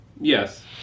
Yes